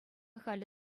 халӗ